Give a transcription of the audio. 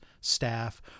staff